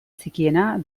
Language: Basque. txikiena